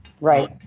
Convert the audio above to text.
Right